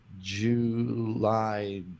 July